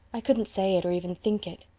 i wouldn't say it, or even think it.